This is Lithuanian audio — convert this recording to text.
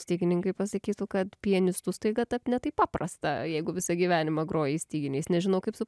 stygininkai pasakytų kad pianistu staiga tapt ne taip paprasta jeigu visą gyvenimą grojai styginiais nežinau kaip su